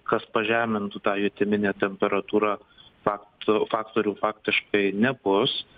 kas pažemintų tą jutiminę temperatūrą faktų faktorių faktiškai nebus